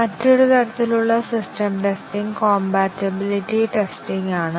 മറ്റൊരു തരത്തിലുള്ള system testing compatibility testing ആണ്